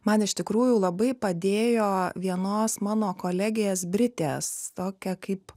man iš tikrųjų labai padėjo vienos mano kolegės britės tokia kaip